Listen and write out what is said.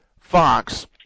Fox